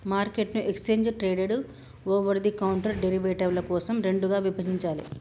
మార్కెట్ను exchange traded, over the counter డెరివేటివ్ల కోసం రెండుగా విభజించాలే